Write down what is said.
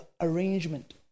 arrangement